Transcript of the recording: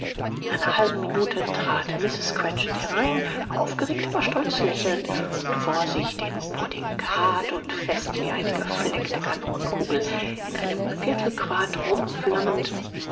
in einer halben minute trat mrs cratchit herein aufgeregt aber stolz lächelnd und vor sich den pudding hart und fest wie eine gefleckte kanonenkugel in einem viertelquart rum flammend